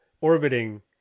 orbiting